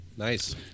Nice